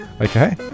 Okay